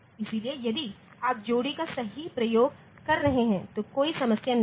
इसलिए यदि आप जोड़ी का सही उपयोग कर रहे हैं तो कोई समस्या नहीं है